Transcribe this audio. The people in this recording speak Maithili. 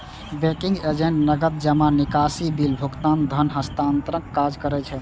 बैंकिंग एजेंट नकद जमा, निकासी, बिल भुगतान, धन हस्तांतरणक काज करै छै